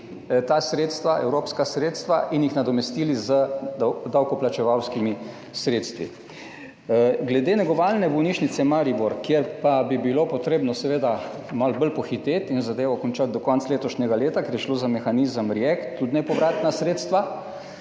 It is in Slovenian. ta sredstva, evropska sredstva, in jih nadomestili z davkoplačevalskimi sredstvi. Glede negovalne bolnišnice Maribor, kjer pa bi bilo potrebno seveda malo bolj pohiteti in zadevo končati do konca letošnjega leta, ker je šlo za mehanizem React EU, tudi nepovratna sredstva,